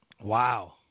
Wow